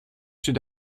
sud